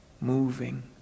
moving